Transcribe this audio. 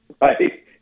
right